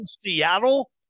Seattle